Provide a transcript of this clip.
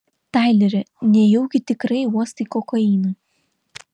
taileri nejaugi tikrai uostai kokainą